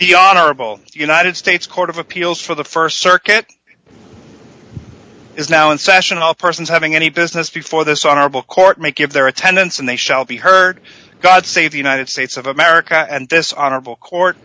the honorable united states court of appeals for the st circuit is now in session all persons having any business before this honorable court make it their attendance and they shall be heard god save the united states of america and this honorable court